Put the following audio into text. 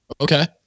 Okay